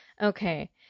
okay